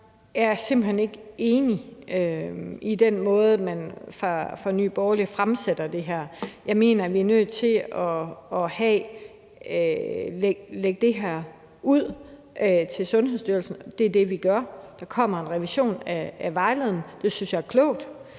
jeg er simpelt hen ikke enig i den måde, man fra Nye Borgerliges side fremlægger det her på. Jeg mener, vi er nødt til at overlade det her til Sundhedsstyrelsen, og det er det, vi gør. Der kommer en revision af vejledningen, og det synes jeg er klogt.